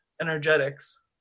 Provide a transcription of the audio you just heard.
energetics